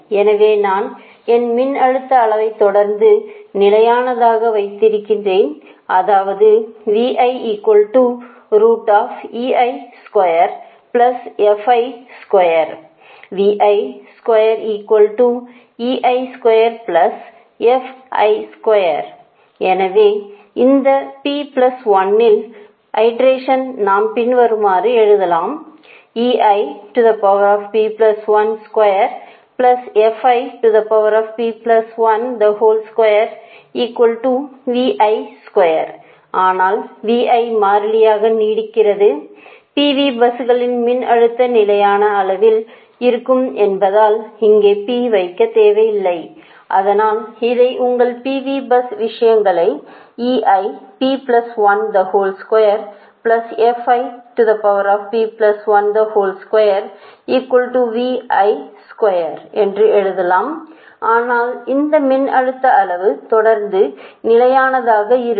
எனவே நான் என் மின்னழுத்த அளவை தொடர்ந்து நிலையானதாக வைத்திருக்கிறேன் அதாவது p 1 யில் th ஐட்ரேஷனை நாம் பின்வருமாறு எழுதலாம் ஆனால் மாறிலியாக நீடிக்கிறது PV பஸ்களில் மின்னழுத்தம் நிலையான அளவில் இருக்கும் என்பதால் இங்கே P வைக்க தேவையில்லை அதனால் இதை உங்கள் PV பஸ் விஷயங்களை என்று எழுதலாம் ஆனால் இந்த மின்னழுத்த அளவு தொடர்ந்து நிலையானதாக இருக்கும்